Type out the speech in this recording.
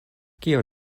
kio